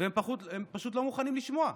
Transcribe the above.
והם פשוט לא מוכנים לשמוע.